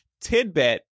tidbit